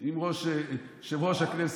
אם יושב-ראש הכנסת,